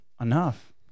enough